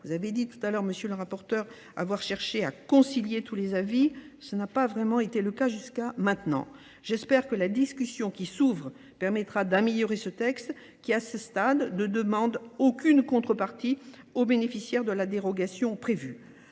Vous avez dit tout à l'heure monsieur le rapporteur avoir cherché à concilier tous les avis, ce n'a pas vraiment été le cas jusqu'à maintenant. J'espère que la discussion qui s'ouvre permettra d'améliorer ce texte qui à ce stade ne demande aucune contrepartie aux bénéficiaires de la dérogation prévue.